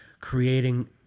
creating